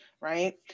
right